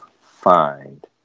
find